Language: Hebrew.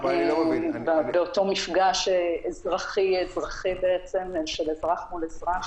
עם פוטנציאל הסלמה במפגש של אזרח מול אזרח,